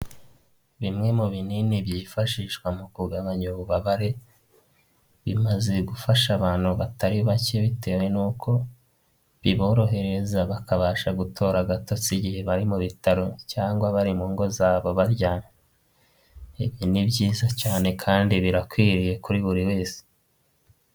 Bimwe mu binini byifashishwa mu kugabanya ububabare, bimaze gufasha abantu batari bake bitewe n'uko biborohereza bakabasha gutora agatotsi igihe bari mu bitaro cyangwa bari mu ngo zabo baryamye, ibi ni byiza cyane kandi birakwiriye kuri buri wese.